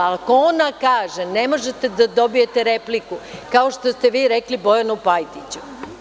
Ako ona kaže – ne možete da dobijete repliku, kao što ste vi rekli Bojanu Pajtiću…